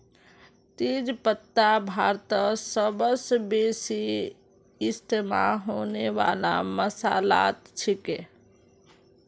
तेज पत्ता भारतत सबस बेसी इस्तमा होने वाला मसालात छिके